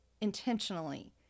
intentionally